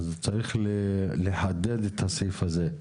אז צריך לחדד את הסעיף הזה.